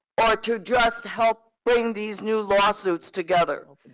or to just help bring these new lawsuits together? well,